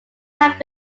have